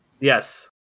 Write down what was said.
Yes